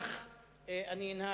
כך אנהג,